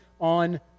on